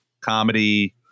comedy